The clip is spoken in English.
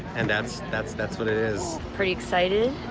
and that's that's that's what it is. pretty excited.